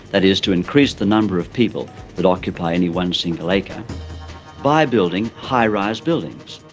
that is, to increase the number of people that occupy any one single acre by building high-rise buildings.